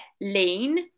lean